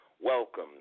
welcome